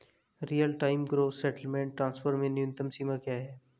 Real time gross settlement transfer में न्यूनतम सीमा क्या है?